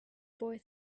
boy